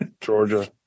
Georgia